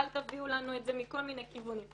אל תביאו לנו את זה מכל מיני כיוונים,